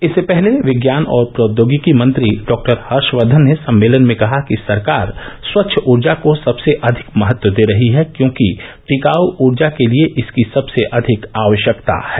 इससे पहले विज्ञान और प्रौद्योगिकी मंत्री डॉहर्षवर्धन ने सम्मेलन में कहा कि सरकार स्वच्छ ऊर्जा को सबसे अधिक महत्व दे रही है क्योंकि टिकाऊ ऊर्जा के लिए इसकी सबसे अधिक आवश्यकता है